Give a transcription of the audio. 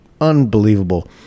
Unbelievable